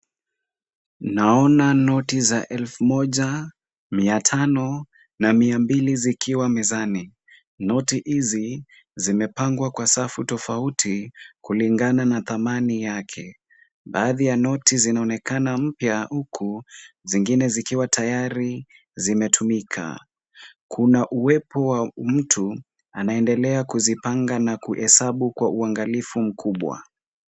Naona noti za elfu moja, mia tano, na mia mbili zikiwa mezani, noti hizi zimepangwa kwa safu tofauti kulingana na thamani yake, baadhi ya noti zinaonekana mpya huku, zingine zikiwa tayari zimetumika, kuna uwepo wa mtu anaendelea kuzipanga na kuhesabu kwa uangalifu mkubwa.